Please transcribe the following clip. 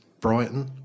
Brighton